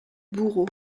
bourreau